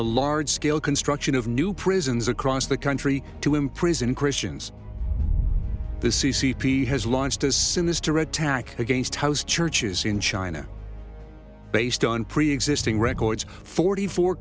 the large scale construction of new prisons across the country to imprison christians the c c p has launched as sin this to red tag against house churches in china based on preexisting records forty four